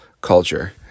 culture